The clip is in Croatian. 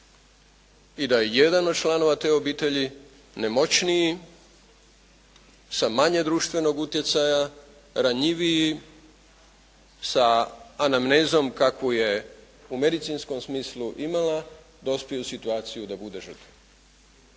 i da je jedan od članova te obitelji nemoćniji, sa manje društvenog utjecaja, ranjiviji, sa anamnezom kakvu je u medicinskom smislu imala, dospiju u situaciju da bude žrtva.